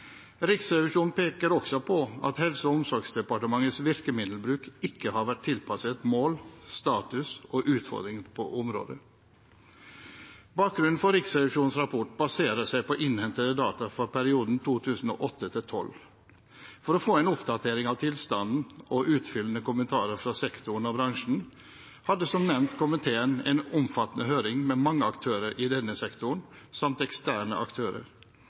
Riksrevisjonen peker også på at Helse- og omsorgsdepartementets virkemiddelbruk ikke har vært tilpasset mål, status og utfordringer på området. Bakgrunnen for Riksrevisjonens rapport baserer seg på innhentede data for perioden 2008–2012. For å få en oppdatering av tilstanden og utfyllende kommentarer fra sektoren og bransjen hadde som nevnt komiteen en omfattende høring med mange aktører i denne sektoren samt eksterne aktører,